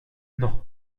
non